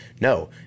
No